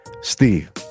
Steve